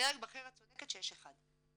דרג בכיר את צודקת שיש אחד.